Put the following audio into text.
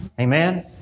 Amen